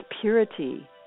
purity